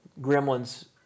gremlins